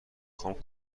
خوام